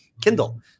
Kindle